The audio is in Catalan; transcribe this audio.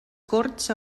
corts